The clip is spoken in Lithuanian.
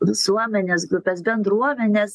visuomenės grupes bendruomenes